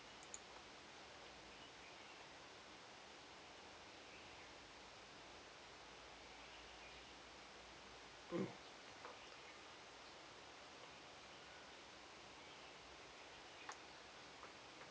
mm